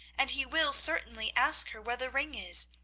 and he will certainly ask her where the ring is.